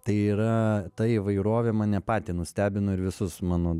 tai yra ta įvairovė mane patį nustebino ir visus mano